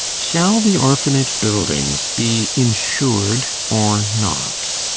shall the orphanage buildings be insured or not?